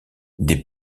des